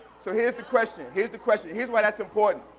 so here's the question, here's the question here's why that's important.